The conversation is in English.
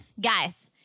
Guys